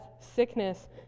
sickness